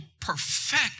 perfect